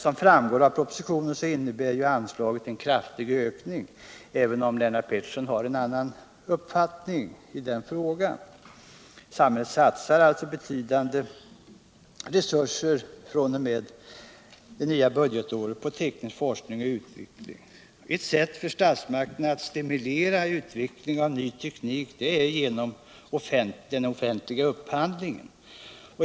Som framgår av propositionen innebär anslagen en kraftig satsning från samhällets sida på teknisk forskning och utveckling, även om Lennart Pettersson har en annan uppfattning i den frågan. Ett sätt för statsmakterna är att stimulera utveckling av ny teknik genom den offentliga upphandlingen.